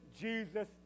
Jesus